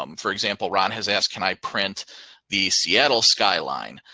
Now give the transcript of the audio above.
um for example, ron has asked, can i print the seattle skyline?